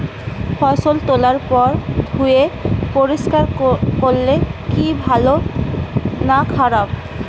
ফসল তোলার পর ধুয়ে পরিষ্কার করলে কি ভালো না খারাপ?